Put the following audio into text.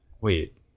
wait